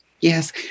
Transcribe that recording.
Yes